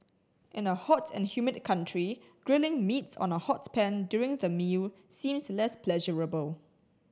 in a hot and humid country grilling meats on a hot pan during the meal seems less pleasurable